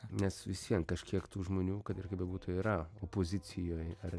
nes visvien kažkiek tų žmonių kad ir kaip bebūtų yra opozicijoj ar